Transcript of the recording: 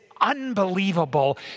unbelievable